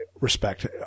respect